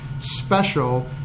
special